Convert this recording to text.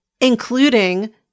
including